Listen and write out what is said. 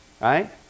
right